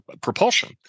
propulsion